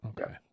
Okay